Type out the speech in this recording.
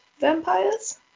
vampires